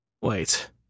Wait